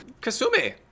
Kasumi